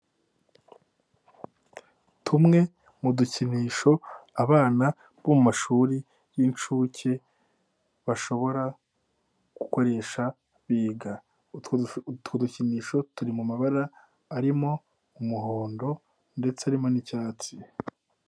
Tumwe mu dukinisho abana bo mu mashuri y'inshuke bashobora gukoresha biga. Utwo dukinisho turi mu mabara arimo umuhondo ndetse arimo n'icyatsi.